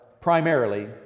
primarily